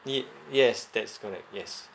ye~ yes that's correct yes